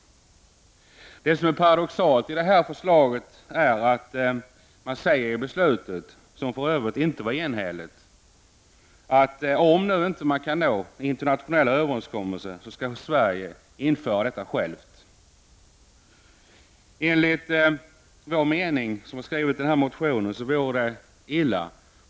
Det paradoxala i förslaget är att man säger i beslutet, som för övrigt inte är enhälligt, att om man inte kan nå internationella överenskommelser, skall Sverige ändå införa detta. Vi som har skrivit motionen anser att det vore illa.